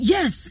Yes